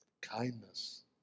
Kindness